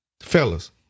fellas